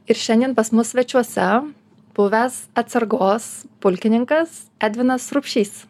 ir šiandien pas mus svečiuose buvęs atsargos pulkininkas edvinas rupšys